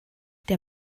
der